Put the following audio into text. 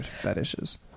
fetishes